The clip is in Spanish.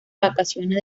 vacaciones